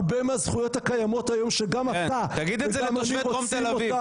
הרבה מהזכויות הקיימות היום שגם אתה וגם אני רוצים אותה.